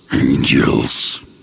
angels